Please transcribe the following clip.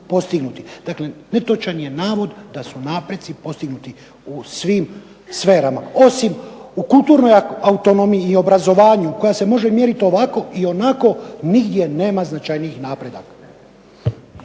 Dakle netočan je navod da su napreci postignuti u svim sferama, osim u kulturnoj autonomiji i obrazovanju, koja se može mjeriti ovako i onako, nigdje nema značajnijih napredaka.